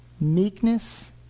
meekness